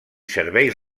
serveis